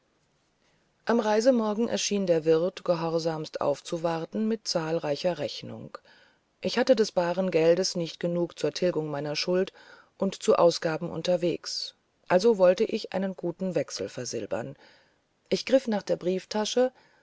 am reisemorgen erschien der wirt gehorsamst aufzuwarten mit zahlreicher rechnung ich hatte des baren geldes nicht genug zur tilgung meiner schuld und zu ausgaben unterwegs also wollte ich einen guten wechsel versilbern ich griff nach der brieftasche